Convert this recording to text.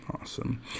Awesome